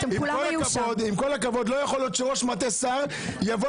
עם כל הכבוד לא יכול להיות שראש מטה שר יבוא